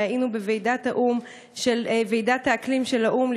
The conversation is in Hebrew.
היינו בוועידת האקלים של האו"ם,